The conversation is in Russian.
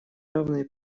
равные